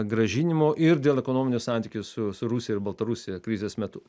grąžinimo ir dėl ekonominių santykių su su rusija ir baltarusija krizės metu